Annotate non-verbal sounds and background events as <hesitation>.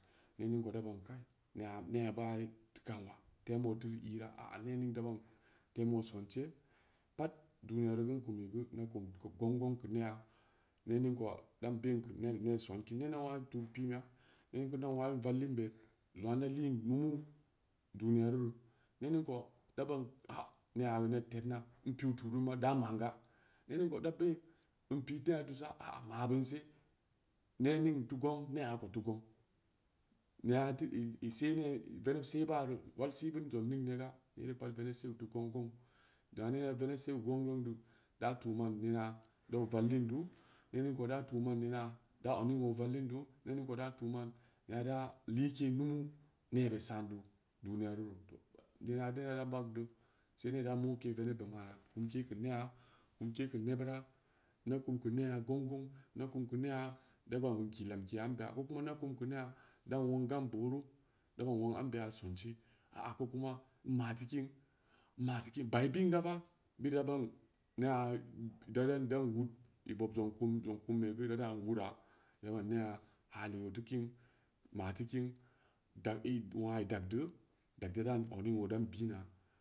In ning kou da baan kak neya neba leu kanwa tem boo teu ira a-a ne ning da banin tem o sonse pat duniyaru reu ku muigeu beu kum teu keu gong- gong keu neya ne ning kou da'an bein keu nemne son kiin nen ida wawin tuum pumbeya ne ning ida wawin vallin be ungaa ida liin numu duniyaruru ne ning kou da ba'ar aa neya geu ne tenna in piu tukeun ma da ma'anga ne ning kou da beu bein pinta tusa mabeun a- a ma'a beunse ne ning teu gong akou teu gong <unintelligible> veneb se baru walsii beun jong ning ne ga nere pat veneb wal seu teu gong-gong jongaa nera veneb sen gong- gong da tuu man ninga dau valtin duu nere kou da tuu ina da oning o vallinduu ne ning ko da tuu ina da like numu nebe sa'an duniyaru <hesitation> ina bit ada bang duu sedai ida moke venebbe mana kumke keu neya kum ke keu nebura inda kum keu neya gong- gong inda kum keu neya da ba'an beun kii lamke ambe ya ko kuma nda kum keu neya dan wong gam boru da bann wong ambeya sonse aa ko kuma in ma teu tin- in ma teu tin ba'i biin ga fa ben da ban neya da- dan- dan duu bob zong kum kumbe geu ida ta wura ida ba'an neya hali o teu kiin ma teu tin dag irin wongaa idag du dag daran odning o bina.